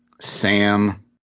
Sam